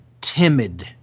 timid